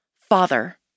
Father